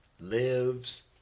Lives